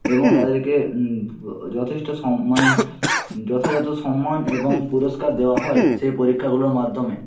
এবং তাদেরকে যথেষ্ট সম্মানে যথাযথ সম্মান এবং পুরস্কার দেওয়া হয় সেই পরীক্ষাগুলোর মাধ্যমে